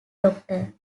doctor